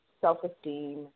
self-esteem